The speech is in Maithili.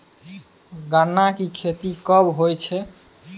गन्ना की खेती कब होय छै?